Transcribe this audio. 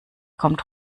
kommt